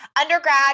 Undergrad